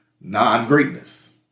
non-greatness